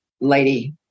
lady